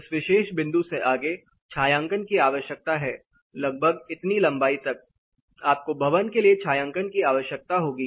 इस विशेष बिंदु से आगे छायांकन की आवश्यकता है लगभग इतनी लंबाई तक आपको भवन के लिए छायांकन की आवश्यकता होगी